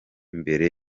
mbere